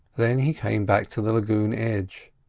then he came back to the lagoon edge.